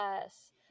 Yes